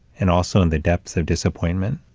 and also in the depths of disappointment,